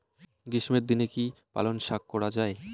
গ্রীষ্মের দিনে কি পালন শাখ করা য়ায়?